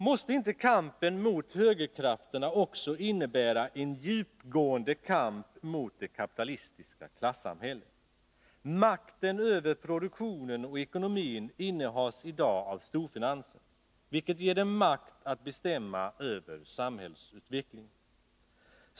Måste inte kampen mot högerkrafterna också innebära en djupgående kamp mot det kapitalistiska klassamhället? Makten över produktionen och ekonomin innehas i dag av storfinansen, vilket ger den makt att bestämma över samhällsutvecklingen.